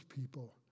people